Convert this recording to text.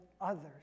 others